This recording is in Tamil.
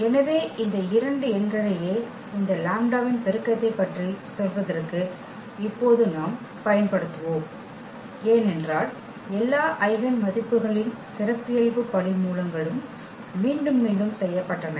எனவே இந்த இரண்டு எண்களையே இந்த லாம்ப்டாவின் பெருக்கத்தைப் பற்றிச் சொல்வதற்கு இப்போது நாம் பயன்படுத்துவோம் ஏனென்றால் எல்லா ஐகென் மதிப்புகளின் சிறப்பியல்பு படிமூலங்களும் மீண்டும் மீண்டும் செய்யப்பட்டன